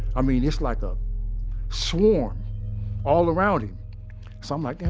i mean, it's like a swarm all around him. so i'm like,